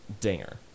Dinger